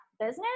business